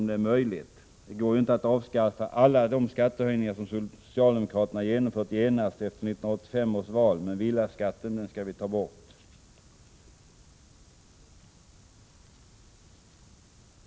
Det går inte att genast efter 1985 års val avskaffa alla de skattehöjningar som socialdemokraterna har genomfört, men villaskatten skall vi ta bort!